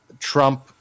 Trump